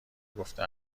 گفته